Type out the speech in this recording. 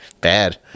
bad